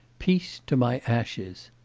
peace to my ashes!